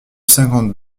cinquante